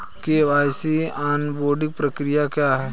KYC onboarding प्रक्रिया क्या है?